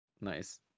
nice